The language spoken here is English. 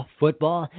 football